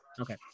Okay